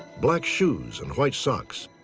black shoes, and white socks.